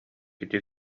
ити